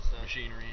machinery